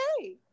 okay